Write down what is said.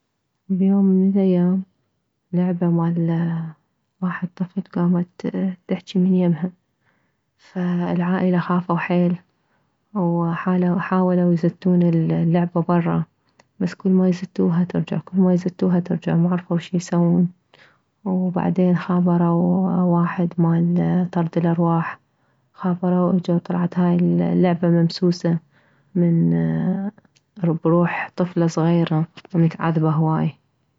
بيوم من الايام لعبة مالواحد طفل كامت تحجي من يمها فالعائلة خافو حيل وحاولو يزتون اللعب بره بس كلما يزتوها ترجع كلما يزتوها ترجع معرفو شيسوون وبعدين خابرو واحد مالطرد ارواح خابرو اجو طلعت هاي اللعبة ممسوسة من بروح طفلة صغيرة ومتعذبة هواي